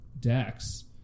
decks